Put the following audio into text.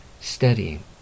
studying